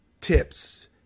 tips